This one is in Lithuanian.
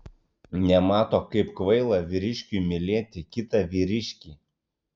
nemato kaip kvaila vyriškiui mylėti kitą vyriškį